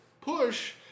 Push